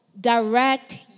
direct